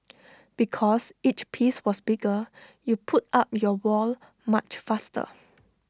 because each piece was bigger you put up your wall much faster